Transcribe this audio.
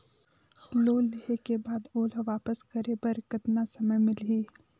Loan लेहे के बाद ओला वापस करे बर कतना समय मिलही?